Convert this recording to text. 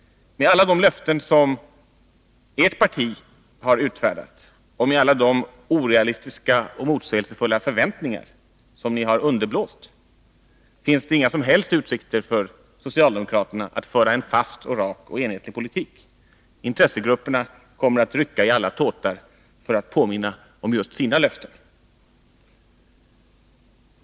Med alla de löften som ert parti har utfärdat och med alla de orealistiska och motsägelsefyllda förväntningar som ni har underblåst finns det inga som helst utsikter för socialdemokraterna att föra en fast och rak och enhetlig politik. Intressegrupperna kommer att rycka i alla tåtar för att påminna om just sina löften.